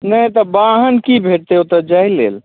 नहि तऽ वहाँ की भेटतै ओतऽ जाइ लेल